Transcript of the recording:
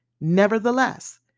Nevertheless